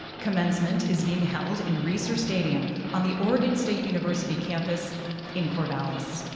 commencement is being held in reser stadium on the oregon state university campus in corvallis.